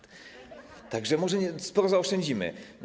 Tak że może sporo zaoszczędzimy.